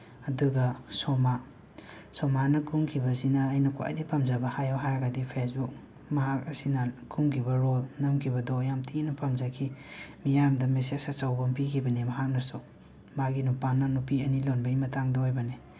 ꯑꯗꯨꯒ ꯁꯣꯃꯥ ꯁꯣꯃꯥꯅ ꯀꯨꯝꯈꯤꯕꯁꯤꯅ ꯑꯩꯅ ꯈ꯭ꯋꯥꯏꯗꯒꯤ ꯄꯥꯝꯖꯕ ꯍꯥꯏꯌꯨ ꯍꯥꯏꯔꯒꯗꯤ ꯐꯦꯁꯕꯨꯛ ꯃꯍꯥꯛ ꯑꯁꯤꯅ ꯀꯨꯝꯒꯤꯕ ꯔꯣꯜ ꯅꯝꯈꯤꯕꯗꯣ ꯌꯥꯝ ꯊꯤꯅ ꯄꯥꯝꯖꯈꯤ ꯃꯤꯌꯥꯝꯗ ꯃꯦꯁꯦꯖ ꯑꯆꯧꯕ ꯑꯃ ꯄꯤꯈꯤꯕꯅꯤ ꯃꯍꯥꯛꯅꯁꯨ ꯃꯥꯒꯤ ꯅꯨꯄꯥꯅ ꯅꯨꯄꯤ ꯑꯅꯤ ꯂꯣꯟꯕꯒꯤ ꯃꯇꯥꯡꯗ ꯑꯣꯏꯕꯅꯤ